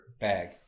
bag